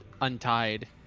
untied